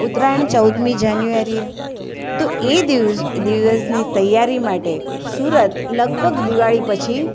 ઉત્તરાયણ ચૌદમી જાન્યુઆરી એ તો એ દિવસની તૈયારી માટે સુરત લગભગ દિવાળી પછી